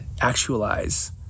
actualize